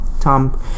Tom